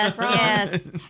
yes